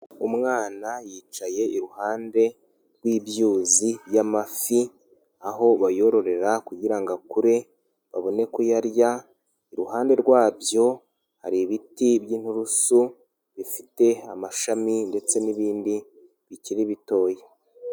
Umwana yicaye iruhande rw'ibyuzi by'amafi, aho bayororera kugira ngoku babone kuyarya, iruhande rwabyo hari ibiti by'inturusu bifite amashami ndetse n'ibindi bikiri bitoya.